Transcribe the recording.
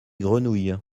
grenouilles